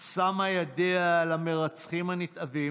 שמה ידיה על המרצחים הנתעבים,